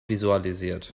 visualisiert